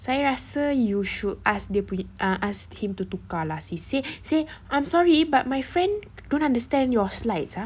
saya rasa you should ask dia uh ask him to tukar lah sis say say I'm sorry but my friend don't understand your slides ah